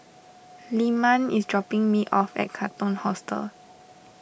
Lyman is dropping me off at Katong Hostel